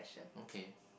okay